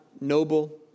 noble